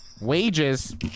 wages